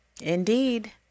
Indeed